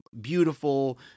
beautiful